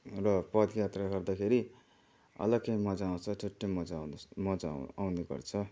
र पदयात्रा गर्दाखेरि अलगै मजा आउँछ छुट्टै मजा आउने मजा आउ आउनेगर्छ